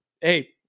hey